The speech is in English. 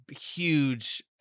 huge